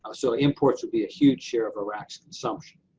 ah so imports would be a huge share of iraq's consumption.